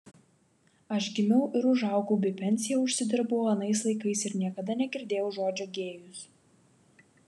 aš gimiau ir užaugau bei pensiją užsidirbau anais laikais ir niekada negirdėjau žodžio gėjus